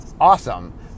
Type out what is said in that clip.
awesome